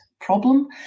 problem